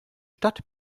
stadt